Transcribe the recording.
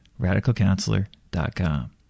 RadicalCounselor.com